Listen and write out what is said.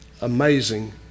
amazing